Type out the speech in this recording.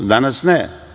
Danas, ne.